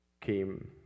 came